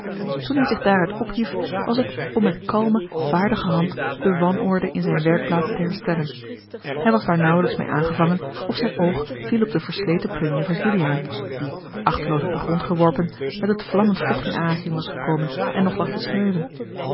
toen hij zich daaruit ophief was het om met kalme vaardige hand de wanorde in zijne werkplaats te herstellen hij was daar nauwelijks meê aangevangen of zijn oog viel op de versleten plunje van juliaan die achteloos op den grond geworpen met het vlammend vocht in aanraking was gekomen en nog lag te smeulen